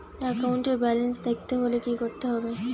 একাউন্টের ব্যালান্স দেখতে হলে কি করতে হবে?